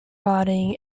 rotting